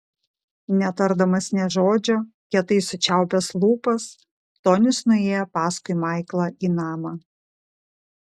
netardamas nė žodžio kietai sučiaupęs lūpas tonis nuėjo paskui maiklą į namą